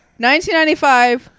1995